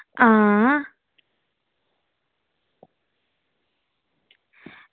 आं आं